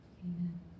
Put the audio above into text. Amen